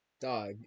Dog